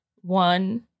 one